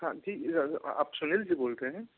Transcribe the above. हाँ जी आप सुनील जी बोल रहे हैं